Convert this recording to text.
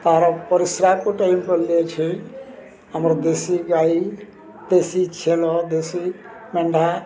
ତା'ର ପରିଶ୍ରାକୁ ଟାଇଁ କରିଅଛି ଆମର ଦେଶୀ ଗାଈ ଦେଶୀ ଛେଳି ଦେଶୀ ମେଣ୍ଢା